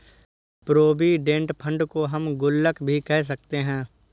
provident fund को हम गुल्लक भी कह सकते हैं